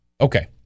Okay